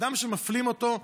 אדם שמפלים אותו,